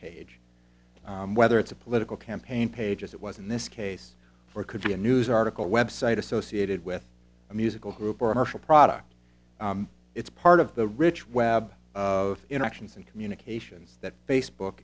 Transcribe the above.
page whether it's a political campaign page as it was in this case for it could be a news article website associated with a musical group or a marshall product it's part of the rich web of interactions and communications that facebook